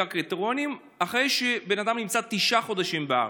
הקריטריונים אחרי שהבן אדם נמצא תשעה חודשים בארץ.